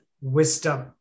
wisdom